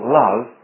love